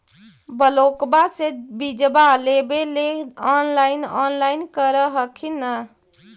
ब्लोक्बा से बिजबा लेबेले ऑनलाइन ऑनलाईन कर हखिन न?